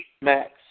Max